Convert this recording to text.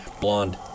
Blonde